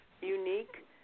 unique